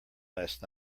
last